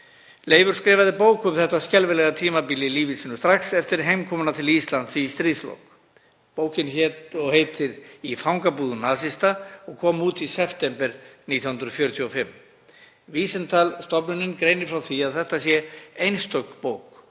Leifur skrifaði bók um þetta skelfilega tímabil í lífi sínu strax eftir heimkomuna til Íslands í stríðslok. Bókin heitir Í fangabúðum nazista og kom út í september 1945. Wiesenthal-stofnunin greinir frá því að þetta sé einstök bók